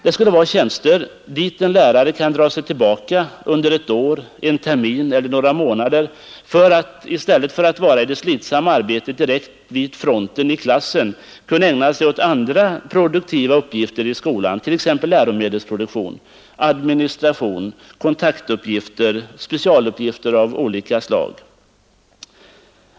Det skulle vara tjänster dit en lärare kunde dra sig tillbaka under ett år, en termin eller några månader för att, i stället för att vara i det slitsamma arbetet direkt vid fronten, i klassen, kunna ägna sig åt andra produktiva uppgifter i skolan, t.ex. läromedelsproduktion, administration, kontaktuppgifter och specialuppgifter av olika slag.